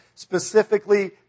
specifically